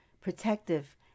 protective